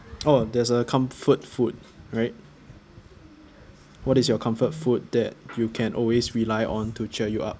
oh there's a comfort food right what is your comfort food that you can always rely on to cheer you up